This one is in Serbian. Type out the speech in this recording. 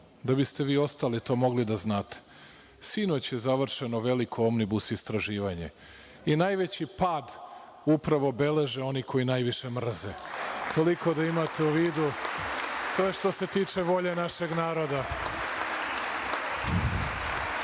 da biste vi ostali to mogli da znate. Sinoć je završeno veliko omnibus istraživanje i najveći pad upravo beleže oni koji najviše mrze. Toliko da imate u vidu. To je što se tiče volje našeg naroda.